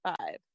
five